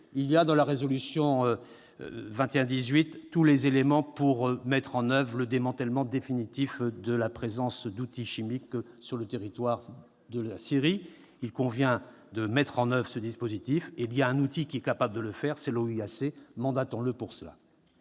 chimiques, la résolution 2118 comprend tous les éléments pour mettre en oeuvre le démantèlement définitif de la présence d'outils chimiques sur le territoire de la Syrie. Il convient de mettre en oeuvre ce dispositif, et l'outil capable de le faire, c'est l'OIAC : mandatons-la pour cela